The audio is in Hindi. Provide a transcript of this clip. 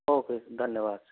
ओके धन्यवाद सर